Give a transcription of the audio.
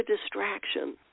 distraction